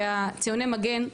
וציוני מגן,